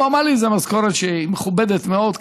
הוא אמר לי איזו משכורת שהיא מכובדת מאוד,